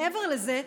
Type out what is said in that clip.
מעבר לזה,